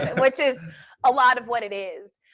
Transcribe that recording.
which is a lot of what it is.